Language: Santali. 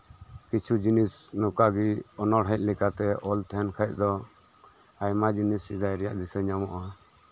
ᱠᱤᱪᱷᱩ ᱡᱤᱱᱤᱥ ᱱᱚᱝᱠᱟ ᱜᱮ ᱚᱱᱚᱬᱦᱮ ᱞᱮᱠᱟᱛᱮ ᱚᱞ ᱛᱟᱦᱮᱸᱱ ᱠᱷᱟᱱ ᱫᱚ ᱟᱭᱢᱟ ᱡᱤᱱᱤᱥ ᱥᱮᱫᱟᱭ ᱨᱮᱭᱟᱜ ᱫᱤᱥᱟᱹ ᱧᱟᱢᱚᱜᱼᱟ